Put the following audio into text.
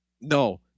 No